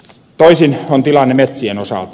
toisin on tilanne metsien osalta